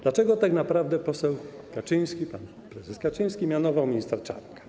Dlaczego tak naprawdę poseł Kaczyński, pan prezes Kaczyński mianował ministra Czarnka?